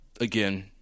again